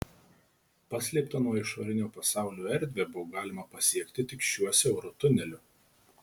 paslėptą nuo išorinio pasaulio erdvę buvo galima pasiekti tik šiuo siauru tuneliu